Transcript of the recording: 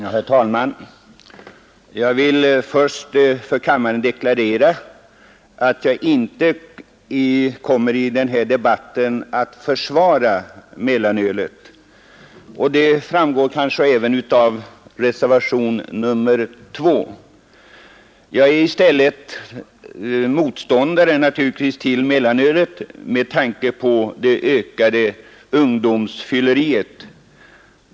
Herr talman! Jag vill först för kammaren deklarera att jag inte i den här debatten kommer att försvara mellanölet. Det framgår kanske även av reservationen 2. Jag är i stället motståndare till mellanölet med tanke på det ökade ungdomsfylleriet.